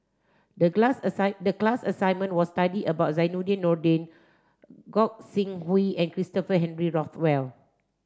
the glass the class assignment was study about Zainudin Nordin Gog Sing Hooi and Christopher Henry Rothwell